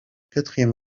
quatrième